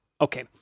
Okay